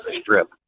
Strip